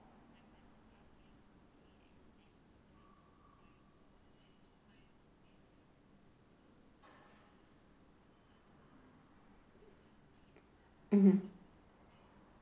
mm